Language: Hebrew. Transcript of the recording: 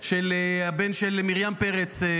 של הבן של מרים פרץ,